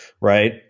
right